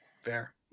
Fair